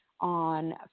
on